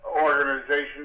organization